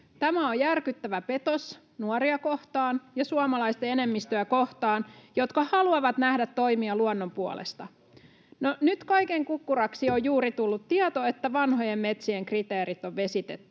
Tämä on järkyttävä petos nuoria kohtaan ja suomalaisten enemmistöä kohtaan, [Mikko Savola: Älkää pelotelko!] jotka haluavat nähdä toimia luonnon puolesta. No nyt kaiken kukkuraksi on juuri tullut tieto, että vanhojen metsien kriteerit on vesitetty,